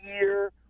year